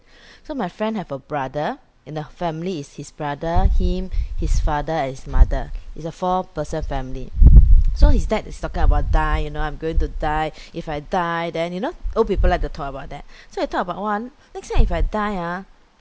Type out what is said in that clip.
so my friend have a brother in the family is his brother him his father and his mother it's a four person family so his dad is talking about die you know I'm going to die if I die then you know old people like to talk about that so I talk about !wah! next time if I die ah